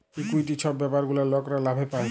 equity ছব ব্যাপার গুলা লকরা লাভে পায়